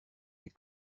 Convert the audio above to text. des